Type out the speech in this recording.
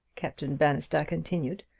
captain bannister continued,